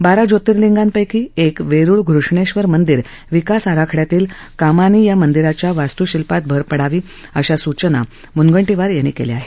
बारा ज्योतिर्लिंगांपैकी एक वेरूळ घृष्णेश्वर मंदिर विकास आराखड्यातील कामांनी या मंदिराच्या वास्तू शिल्पात भर पडावी अशा सुचना मुनगंटीवार यांनी केल्या आहेत